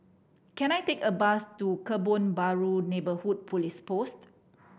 can I take a bus to Kebun Baru Neighbourhood Police Post